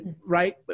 right